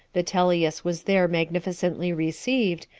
vitellius was there magnificently received,